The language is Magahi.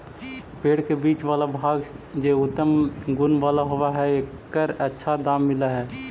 पेड़ के बीच वाला भाग जे उत्तम गुण वाला होवऽ हई, एकर अच्छा दाम मिलऽ हई